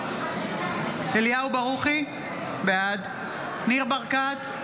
בעד אליהו ברוכי, בעד ניר ברקת,